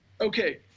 Okay